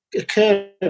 occurred